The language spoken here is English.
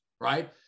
right